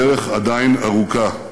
הדרך עדיין ארוכה.